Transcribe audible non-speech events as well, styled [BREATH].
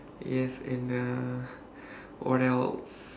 yes and uh [BREATH] what else